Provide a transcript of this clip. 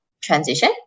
transition